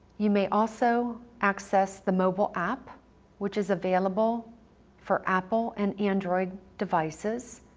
you may also access the mobile app which is available for apple and android devices,